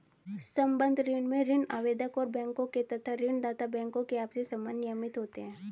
संबद्ध ऋण में ऋण आवेदक और बैंकों के तथा ऋण दाता बैंकों के आपसी संबंध नियमित होते हैं